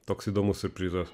toks įdomus siurprizas